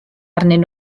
arnyn